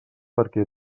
perquè